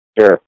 Sure